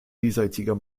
vielseitiger